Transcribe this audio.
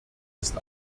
ist